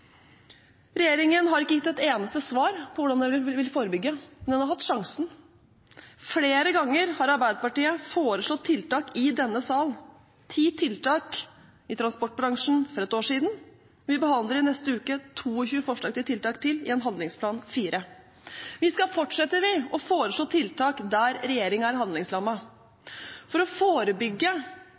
Regjeringen har ikke gitt ett eneste svar på hvordan den vil forebygge, men den har hatt sjansen. Flere ganger har Arbeiderpartiet foreslått tiltak i denne sal – ti tiltak i transportbransjen for et år siden, og vi behandler i neste uke 22 nye forslag til tiltak i en handlingsplan 4. Vi skal fortsette å foreslå tiltak der regjeringen er handlingslammet. For å forebygge